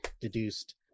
deduced